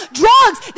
drugs